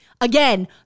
Again